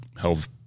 health